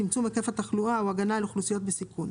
צמצום היקף התחלואה או הגנה על אוכלוסיות בסיכון,